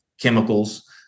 chemicals